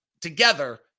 together